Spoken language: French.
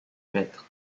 maître